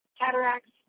cataracts